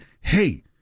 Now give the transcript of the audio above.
hey